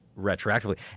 retroactively